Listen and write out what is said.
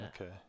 okay